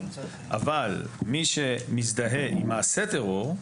אבל מי שמזדהה עם מעשה טרור,